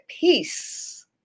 peace